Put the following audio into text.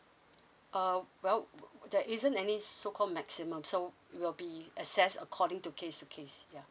uh well there isn't any so called maximum so it'll be accessed according to case to case ya